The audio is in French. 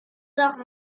d’arts